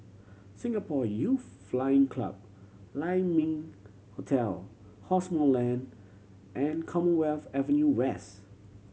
Singapore Youth Flying Club Lai Ming Hotel Cosmoland and Commonwealth Avenue West